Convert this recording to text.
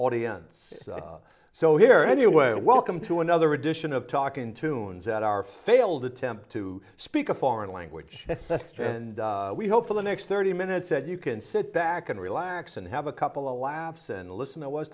audience so here anyway welcome to another edition of talking tunes at our failed attempt to speak a foreign language and we hope for the next thirty minutes said you can sit back and relax and have a couple of laps and listen i was